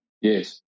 Yes